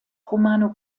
romano